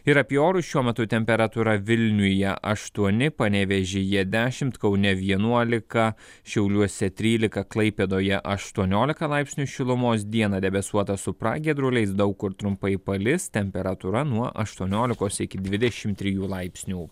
ir apie orus šiuo metu temperatūra vilniuje aštuoni panevėžyje dešimt kaune vienuolika šiauliuose trylika klaipėdoje aštuoniolika laipsnių šilumos dieną debesuota su pragiedruliais daug kur trumpai palis temperatūra nuo aštuoniolikos iki dvidešimt trijų laipsnių